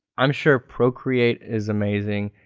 i'm sure procreate is amazing,